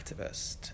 activist